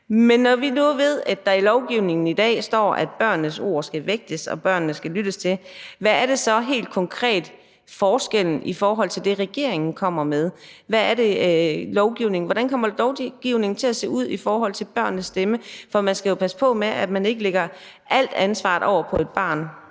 Men når vi nu ved, at der i lovgivningen i dag står, at børnenes ord skal vægtes og børnene skal lyttes til, hvad er så helt konkret forskellen i forhold til det, regeringen kommer med? Hvordan kommer lovgivningen til at se ud i forhold til børnenes stemmer? For man skal jo passe på med, at man ikke lægger alt ansvaret over på et barn.